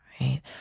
right